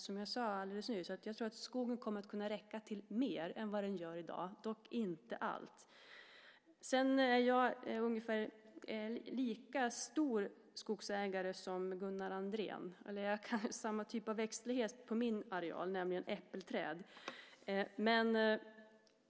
Som jag sade alldeles nyss tror jag att skogen kommer att kunna räcka till mer än den gör i dag, dock inte till allt. Som skogsägare har jag samma typ av växtlighet som Gunnar Andrén på min areal, nämligen äppelträd.